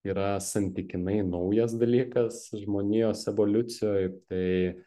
yra santykinai naujas dalykas žmonijos evoliucijoj tai